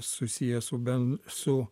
susiję su ben su